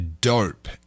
dope